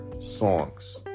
songs